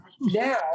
now